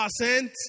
percent